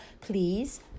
please